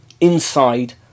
inside